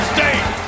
State